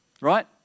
Right